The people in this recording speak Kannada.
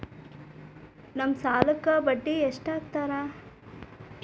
ನಮ್ ಸಾಲಕ್ ಬಡ್ಡಿ ಎಷ್ಟು ಹಾಕ್ತಾರ?